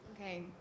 Okay